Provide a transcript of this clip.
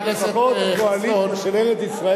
דואגת שלפחות הקואליציה של ארץ-ישראל,